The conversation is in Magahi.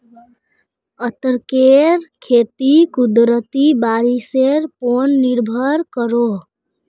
अदरकेर खेती कुदरती बारिशेर पोर निर्भर करोह